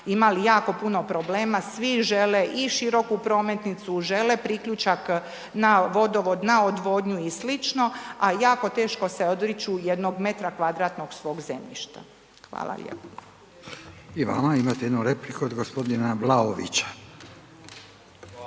imali jako puno problema, svi žele i široku prometnicu, žele priključak na vodovod, na odvodnju i sl., a jako teško se odriču jednog metra kvadratnog svog zemljišta. Hvala lijepo. **Radin, Furio (Nezavisni)** I vama.